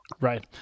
right